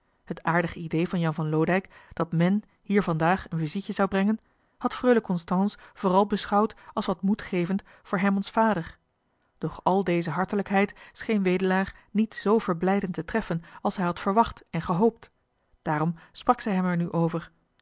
het aardige idee van jan van loodijck dat men hier vandaag een vizietje zou brengen had freule constance vooral beschouwd als wat moed gevend voor herman's vader doch al deze hartelijkheid scheen wedelaar niet z verblijdend te treffen als zij had verwacht en gehoopt daarom sprak zij hem er nu over